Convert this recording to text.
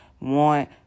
want